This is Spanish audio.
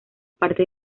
parte